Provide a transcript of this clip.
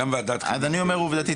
אדוני אומר עובדתית,